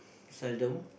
seldom